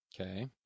Okay